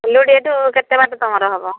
ଫୁଲୁଡ଼ି ଏଠୁ କେତେ ବାଟ ତୁମର ହବ